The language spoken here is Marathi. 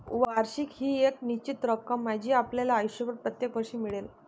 वार्षिकी ही एक निश्चित रक्कम आहे जी आपल्याला आयुष्यभर प्रत्येक वर्षी मिळेल